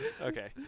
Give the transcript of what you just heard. Okay